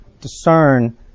discern